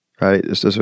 Right